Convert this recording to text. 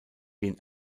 den